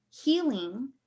healing